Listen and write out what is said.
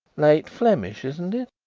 late flemish, isn't it?